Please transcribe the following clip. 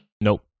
Nope